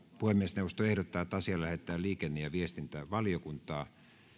puhemiesneuvosto ehdottaa että asia lähetetään liikenne ja viestintävaliokuntaan